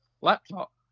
laptop